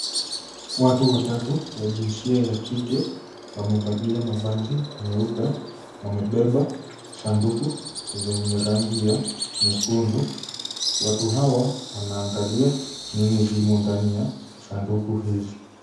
Watu watatu wa jinsia ya kike wamevalia mavazi nyeupe wamebeba sanduku zenye rangi ya nyekundu. Watu hawa wanaangalia nini zimo ndani ya sanduku hizi.